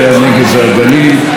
הנגב והגליל.